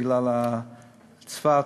בגלל צפת,